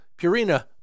Purina